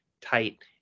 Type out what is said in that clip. tight